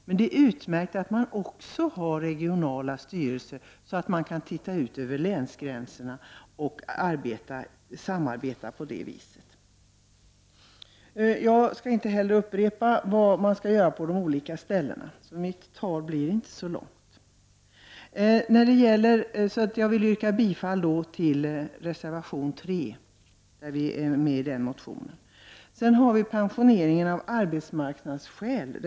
Men det är utmärkt att det också finns regionala styrelser så att man kan titta ut över länsgränserna och samarbeta. Jag skall inte upprepa vad som kan göras på de olika platserna. Mitt tal blir inte så långt. Jag vill yrka bifall till reservation 3. I min motion Sf25 tar jag upp frågan om förtidspensionering av arbetsmarknadsskäl.